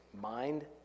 mind